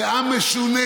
זה עם משונה.